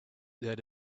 that